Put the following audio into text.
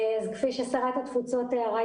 כפי ששרת התפוצות תיארה,